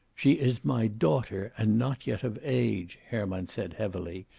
she is my daughter, and not yet of age, herman said heavily.